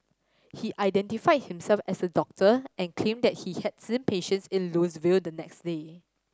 he identified himself as a doctor and claimed that he had see patients in Louisville the next day